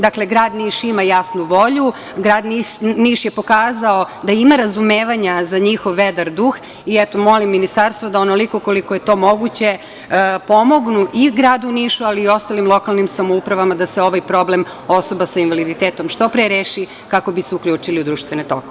Dakle, grad Niš ima jasnu volju, grad Niš je pokazao da ima razumevanja za njihov vedar duh i molim Ministarstvo da onoliko koliko je to moguće pomognu i gradu Nišu, ali i ostalim lokalnim samoupravama da se ovaj problem osoba sa invaliditetom što pre reši kako bi se uključili u društvene tokove.